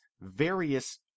various